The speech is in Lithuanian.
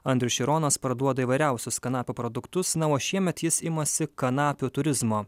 andrius šironas parduoda įvairiausius kanapių produktus na o šiemet jis imasi kanapių turizmo